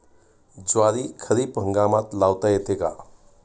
ज्वारी खरीप हंगामात लावता येते का?